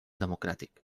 democràtic